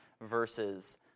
verses